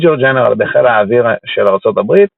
מייג'ור גנרל בחיל האוויר של ארצות הברית,